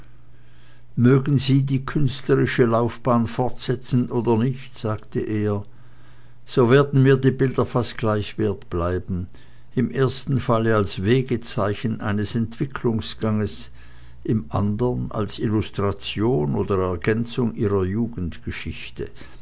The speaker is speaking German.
mögen sie die künstlerische laufbahn fortsetzen oder nicht sagte er so werden mir die bilder fast gleich wert bleiben im ersten falle als wegezeichen eines entwicklungsganges im andern als illustration oder ergänzung ihrer